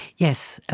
yes.